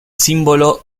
símbolo